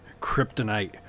kryptonite